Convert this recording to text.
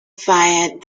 fired